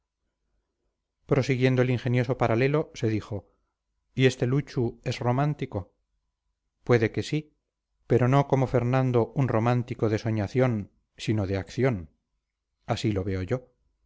juicios prosiguiendo el ingenioso paralelo se dijo y este luchu es romántico puede que sí pero no como fernando un romántico de soñación sino de acción así lo veo yo